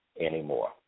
anymore